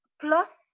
plus